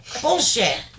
bullshit